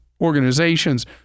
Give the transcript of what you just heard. organizations